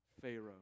Pharaoh